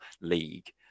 league